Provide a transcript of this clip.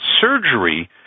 surgery